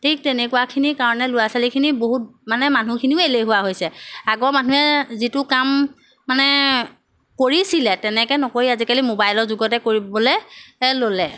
ঠিক তেনেকুৱাখিনিৰ কাৰণে ল'ৰা ছোৱালীখিনি বহুত মানে মানুহখিনিও এলেহুৱা হৈছে আগৰ মানুহে যিটো কাম মানে কৰিছিলে তেনেকৈ নকৰি আজিকালি মোবাইলৰ যুগতে কৰিবলৈ ল'লে